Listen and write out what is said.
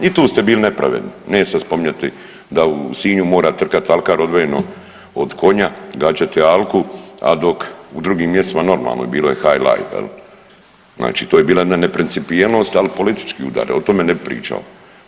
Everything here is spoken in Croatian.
I tu ste bili nepravedni, neću sad spominjati da u Sinju mora trkat alkar odvojeno od konja, gađati alku, a dok u drugim mjestima normalno je bilo hylife, znači to je bila jedna neprincipijelnost, ali politički udar o tome ne bi pričao.